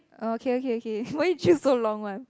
uh okay okay okay why you choose so long one